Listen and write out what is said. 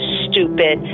stupid